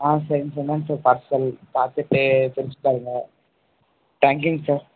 ஆ சரிங்க சார் இந்தாங்க sir parcel பார்த்துட்டு பிரிச்சு பாருங்கள் தேங்க்யூங்க சார்